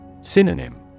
Synonym